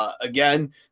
Again